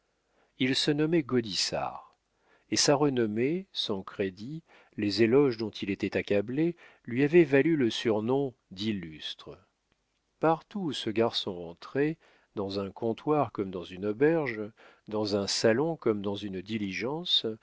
il se nommait gaudissart et sa renommée son crédit les éloges dont il était accablé lui avaient valu le surnom d'illustre partout où ce garçon entrait dans un comptoir comme dans une auberge dans un salon comme dans une diligence